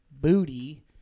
booty